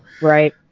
Right